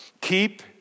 keep